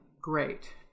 great